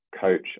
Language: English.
coach